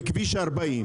בכביש 40?